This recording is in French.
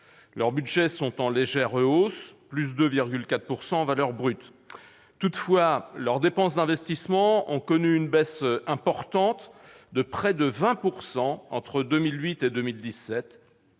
Leurs budgets sont en légère hausse- de 2,4 % en valeur brute. Toutefois, leurs dépenses d'investissement ont connu une diminution importante de près de 20 % entre 2008 et 2017.